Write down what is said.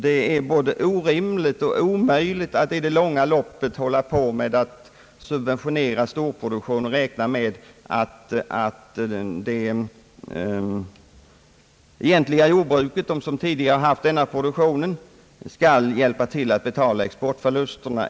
Det är både orimligt och omöjligt att i det långa loppet subventionera storproduktion och räkna med att det egentliga jordbruket, som tidigare haft denna produktion, skall betala huvuddelen av exportförlusterna.